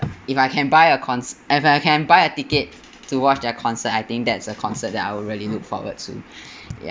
if I can buy a concert if I can buy a ticket to watch their concert I think that's the concert I will really look forward to ya~